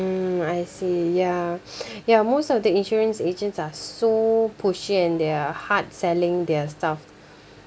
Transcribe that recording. mm I see ya ya most of the insurance agents are so pushy and they are hard-selling their stuff